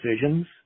decisions